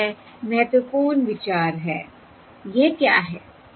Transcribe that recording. और यह महत्वपूर्ण विचार है यह क्या है